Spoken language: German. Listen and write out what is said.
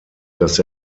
dass